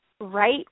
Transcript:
right